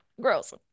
Gross